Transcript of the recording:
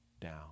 down